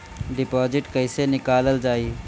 Deposit कैसे निकालल जाइ?